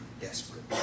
desperate